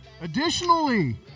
Additionally